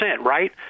right